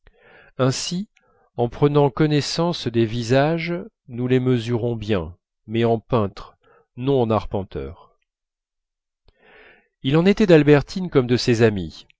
ainsi en prenant connaissance des visages nous les mesurons bien mais en peintres non en arpenteurs il en était d'albertine comme de ses amies